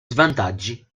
svantaggi